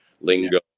lingo